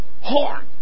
horn